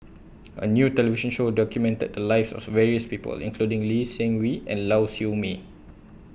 A New television Show documented The Lives of various People including Lee Seng Wee and Lau Siew Mei